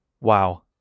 Wow